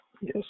Yes